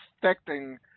affecting